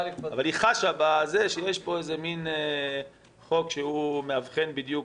אבל היא חשה שיש פה חוק שמאבחן בדיוק,